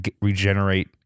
regenerate